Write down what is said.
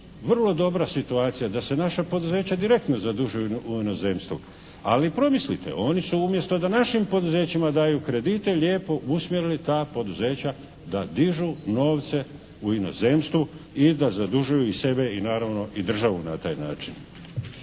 vrlo dobra situacija da se naša poduzeća direktno zadužuju u inozemstvu, ali promislite oni su umjesto da našim poduzećima daju kredite lijepo usmjerili ta poduzeća da dižu novce u inozemstvu i da zadužuju i sebe i naravno i državu na taj način.